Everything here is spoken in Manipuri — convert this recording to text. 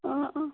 ꯑꯥ ꯑꯥ